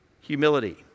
humility